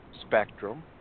Spectrum